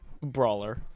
brawler